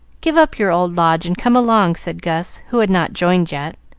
give up your old lodge and come along, said gus, who had not joined yet.